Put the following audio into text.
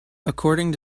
according